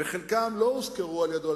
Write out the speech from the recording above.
וחלקם לא הוזכרו על-ידו,